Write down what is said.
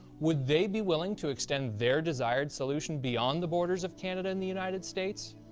would they be willing to extend their desired solution beyond the borders of canada and the united states?